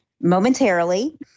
momentarily